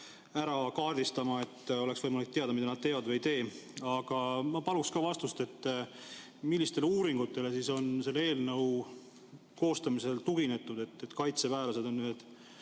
ära kaardistama, et oleks võimalik teada, mida nad teevad või ei tee. Aga ma paluks ka vastust, millistele uuringutele on selle eelnõu koostamisel tuginetud, et kaitseväelased on ühed